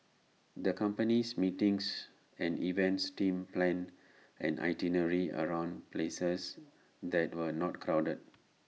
the company's meetings and events team planned an itinerary around places that were not crowded